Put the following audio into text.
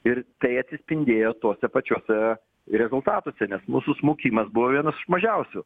ir tai atsispindėjo tuose pačiuose rezultatuose nes mūsų smukimas buvo vienas iš mažiausių